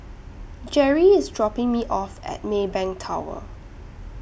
Gerri IS dropping Me off At Maybank Tower